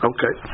Okay